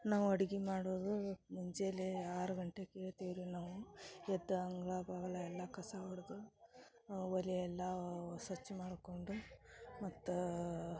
ನಾವು ಅಡಿಗಿ ಮಾಡೋದು ಮುಂಜಾನೆ ಆರು ಗಂಟೆಗೆ ಏಳ್ತಿವಿ ರೀ ನಾವು ಎದ್ದ ಅಂಗಳ ಬಾಗ್ಲ ಎಲ್ಲ ಕಸ ಹೊಡ್ದು ಒಲೆ ಎಲ್ಲಾ ಸ್ವಚ್ಛ ಮಾಡ್ಕೊಂಡು ಮತ್ತು